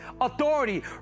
authority